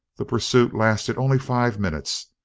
the pursuit lasted only five minutes,